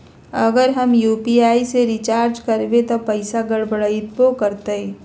अगर हम यू.पी.आई से रिचार्ज करबै त पैसा गड़बड़ाई वो करतई?